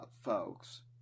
folks